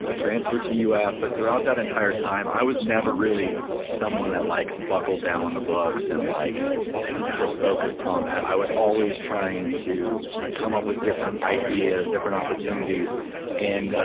transferred to uf but throughout that entire time i was never really someone that like bucked down on the books and like just focused on that, i was always trying to come up with different ideas, different opportunities and,